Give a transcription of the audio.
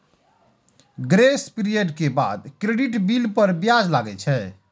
grace period के बाद credit bill पर ब्याज लागै छै